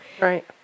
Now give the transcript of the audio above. Right